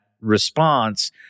response